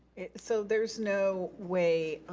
so there's no way